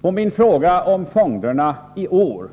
På min fråga om fonderna i år